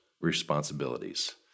responsibilities